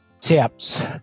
tips